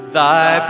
thy